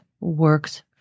works